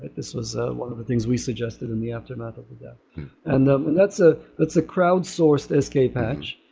this was one of the things we suggested in the aftermath of yeah and the um and dao ah that's a crowd source escape hatch,